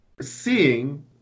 seeing